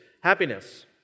happiness